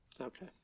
Okay